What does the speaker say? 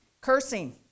Cursing